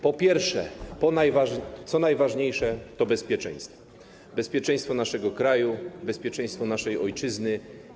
Po pierwsze, co najważniejsze, bezpieczeństwo, bezpieczeństwo naszego kraju, bezpieczeństwo naszej ojczyzny.